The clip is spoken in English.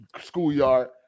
schoolyard